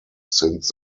since